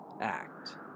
act